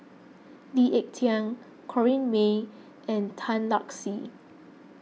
Lee Ek Tieng Corrinne May and Tan Lark Sye